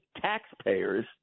taxpayers